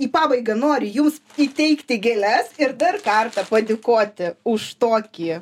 į pabaigą noriu jums įteikti gėles ir dar kartą padėkoti už tokį